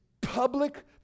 public